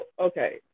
okay